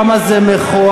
כמה זה מכוער,